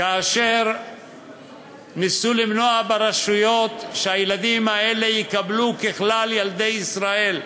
כאשר ניסו למנוע ברשויות שהילדים האלה יקבלו ככלל ילדי ישראל,